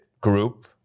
group